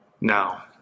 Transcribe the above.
now